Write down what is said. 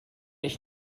ich